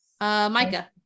Micah